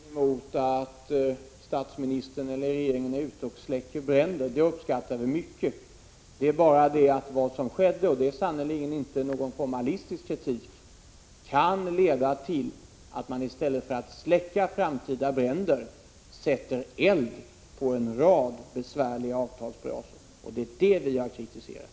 Herr talman! Jag har ingenting emot att statsministern eller regeringen är ute och släcker bränder. Sådant uppskattar vi mycket. Det är bara det att vad som skedde — och här rör det sig sannerligen inte om någon formalistisk kritik — kan leda till att man i stället för att släcka framtida bränder sätter eld på en rad besvärliga avtalsbrasor. Det är detta vi har kritiserat.